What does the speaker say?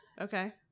Okay